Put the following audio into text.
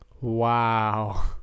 Wow